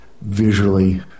visually